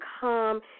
come